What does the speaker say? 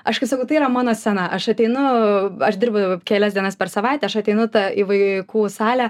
aš kaip sakau tai yra mano scena aš ateinu aš dirbu kelias dienas per savaitę aš ateinu į vaikų salę